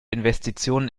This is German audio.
investitionen